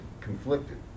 conflicted